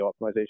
optimization